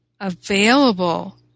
available